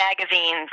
magazines